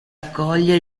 accoglie